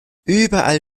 überall